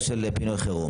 כרגע את עניין פינוי החירום.